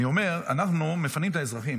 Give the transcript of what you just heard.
אני אומר שאנחנו מפנים את האזרחים,